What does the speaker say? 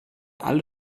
alle